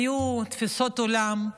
היו תפיסות עולם,